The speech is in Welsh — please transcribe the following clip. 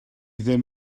ddim